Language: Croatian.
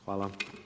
Hvala.